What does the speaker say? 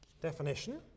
Definition